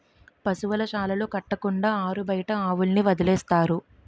పశువుల శాలలు కట్టకుండా ఆరుబయట ఆవుల్ని వదిలేస్తారు